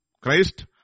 Christ